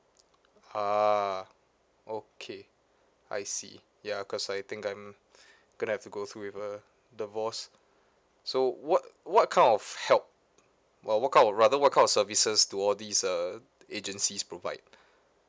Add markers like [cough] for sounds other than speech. ah okay I see yeah cause I think I'm [breath] going to have to go through with a divorce so what what kind of help uh what kind of rather what kind of services do all these uh agencies provide